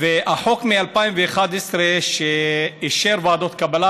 ועל החוק מ-2011 שאישר ועדות קבלה,